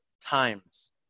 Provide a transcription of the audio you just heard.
times